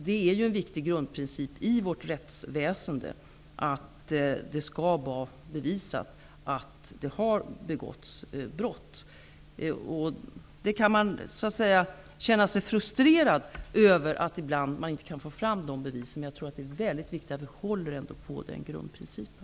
Det är en viktig grundprincip i vårt rättsväsende att det skall vara bevisat att det har begåtts brott. Visst kan man känna sig frustrerad över att det ibland inte går att få fram bevis. Men det är viktigt att hålla på grundprincipen.